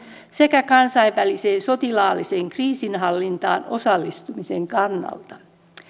sekä kansainväliseen sotilaalliseen kriisinhallintaan osallistumisen kannalta